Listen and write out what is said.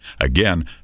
Again